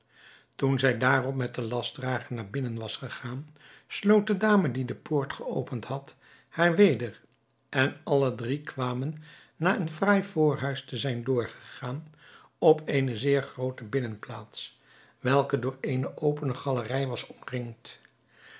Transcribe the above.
toen zij daarop met den lastdrager naar binnen was gegaan sloot de dame die de deur geopend had haar weder en alle drie kwamen na een fraai voorhuis te zijn doorgegaan op eene zeer groote binnenplaats welke door eene opene galerij was